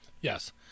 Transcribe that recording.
yes